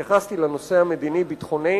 התייחסתי לנושא המדיני-ביטחוני,